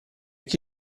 chi